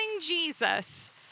Jesus